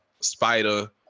Spider